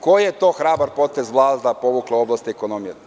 Koji je to hrabar potez Vlada povukla u oblasti ekonomije?